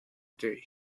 day